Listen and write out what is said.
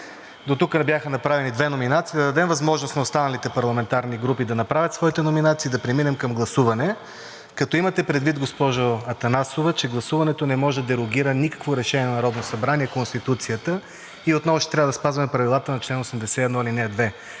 дотук бяха направени две номинации, да дадем възможност на останалите парламентарни групи да направят своите номинации и да преминем към гласуване. Като имате предвид, госпожо Атанасова, че гласуването не може да дерогира с никакво решение на Народното събрание Конституцията и отново ще трябва да спазваме правилата на чл. 81, ал. 2,